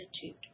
attitude